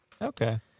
Okay